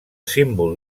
símbol